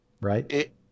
right